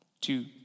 Two